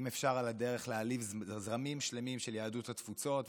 ואם אפשר על הדרך להעליב זרמים שלמים של יהדות התפוצות,